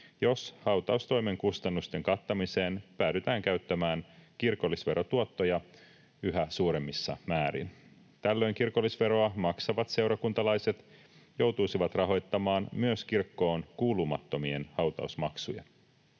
jos hautaustoimen kustannusten kattamiseen päädytään käyttämään kirkollisverotuottoja yhä suuremmissa määrin. Tällöin kirkollisveroa maksavat seurakuntalaiset joutuisivat rahoittamaan myös kirkkoon kuulumattomien hautausmaksuja.